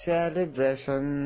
Celebration